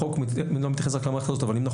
החוק לא מתייחס רק למערכת הזאת אבל אם אנחנו